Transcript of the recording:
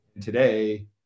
Today